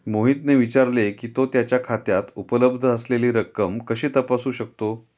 मोहितने विचारले की, तो त्याच्या खात्यात उपलब्ध असलेली रक्कम कशी तपासू शकतो?